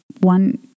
one